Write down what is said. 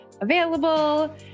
available